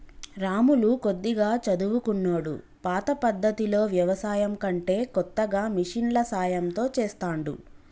రాములు కొద్దిగా చదువుకున్నోడు పాత పద్దతిలో వ్యవసాయం కంటే కొత్తగా మిషన్ల సాయం తో చెస్తాండు